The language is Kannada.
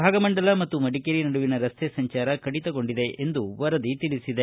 ಭಾಗಮಂಡಲ ಮತ್ತು ಮಡಿಕೇರಿ ನಡುವಿನ ರಸ್ತೆ ಸಂಚಾರ ಕಡಿತಗೊಂಡಿದೆ ಎಂದು ವರದಿ ತಿಳಿಸಿದೆ